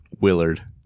Willard